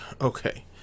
Okay